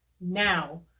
now